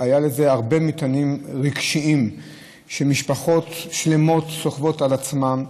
והיה בזה הרבה מטענים רגשיים שמשפחות שלמות סוחבות על עצמן,